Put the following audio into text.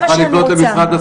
אני רוצה לראות את זה.